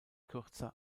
kürzer